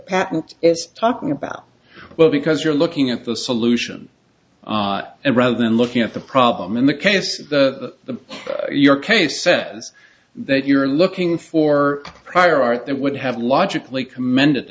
patent is talking about well because you're looking at the solution and rather than looking at the problem in the case of the your case sense that you're looking for prior art that would have logically commended